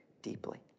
deeply